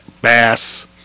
Bass